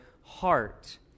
heart